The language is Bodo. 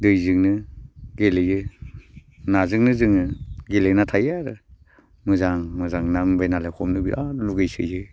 दैजोंनो गेलेयो नाजोंनो जोङो गेलेना थायो आरो मोजां मोजां ना मोनबायनालाय हमनो बेराद लुगैसोयो